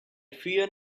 fear